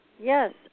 Yes